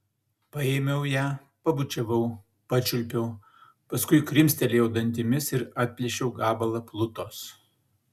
paėmiau ją pabučiavau pačiulpiau paskui krimstelėjau dantimis ir atplėšiau gabalą plutos